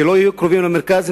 שלא יהיו קרובים למרכז,